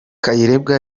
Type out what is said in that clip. kayirebwa